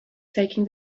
taking